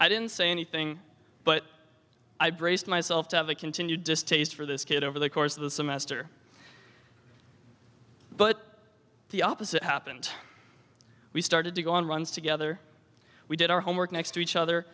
i didn't say anything but i braced myself to have a continued distaste for this kid over the course of the semester but the opposite happened we started to go on runs together we did our homework next to each other